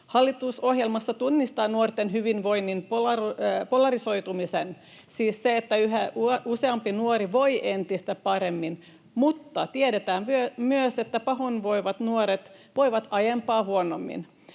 Hallitusohjelma tunnistaa nuorten hyvinvoinnin polarisoitumisen, siis sen, että yhä useampi nuori voi entistä paremmin, mutta tiedetään myös, että pahoinvoivat nuoret voivat aiempaa huonommin.